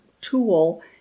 tool